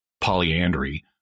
polyandry